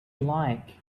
like